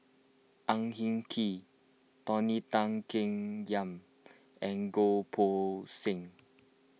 Ang Hin Kee Tony Tan Keng Yam and Goh Poh Seng